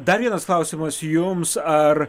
dar vienas klausimas jums ar